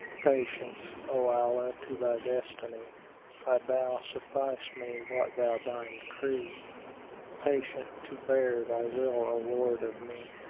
patient, o allah! to thy destiny i bow, suffice me what thou deign decree patient to bear thy will, o lord of me,